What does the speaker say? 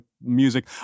music